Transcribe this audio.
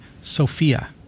Sophia